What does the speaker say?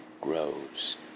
grows